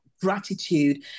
gratitude